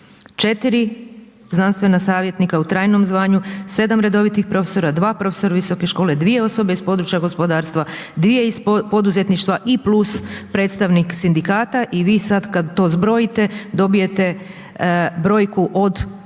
4 znanstvena savjetnika u trajnom zvanju, 7 redovitih profesora, 2 profesora visoke škole, 2 osobe iz područja gospodarstva, 2 iz poduzetništva i plus predstavnik sindikata i vi sad kad to zbrojite, dobijete brojku od 17